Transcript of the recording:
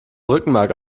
rückenmark